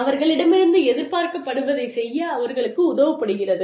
அவர்களிடமிருந்து எதிர்பார்க்கப்படுவதைச் செய்ய அவர்களுக்கு உதவப்படுகிறது